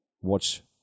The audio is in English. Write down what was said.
watch